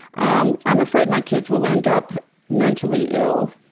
um i'm afraid my kids will end up mentally ill.